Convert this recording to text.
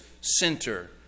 center